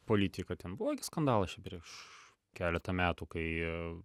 politiką ten buvo gi skandalas čia prieš keletą metų kai